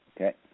Okay